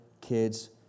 kids